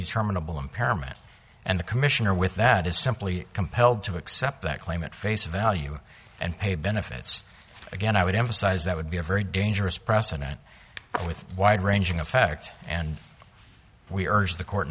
determinable impairment and the commissioner with that is simply compelled to accept that claim at face value and pay benefits again i would emphasize that would be a very dangerous precedent with wide ranging effect and we urge the court